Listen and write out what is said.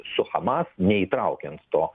su hamas neįtraukiant to